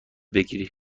بگیری